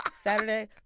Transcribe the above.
Saturday